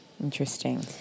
Interesting